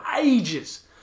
ages